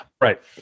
right